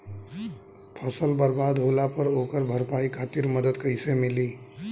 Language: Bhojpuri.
फसल बर्बाद होला पर ओकर भरपाई खातिर मदद कइसे मिली?